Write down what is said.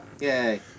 Yay